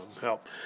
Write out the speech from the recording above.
help